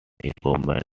equipment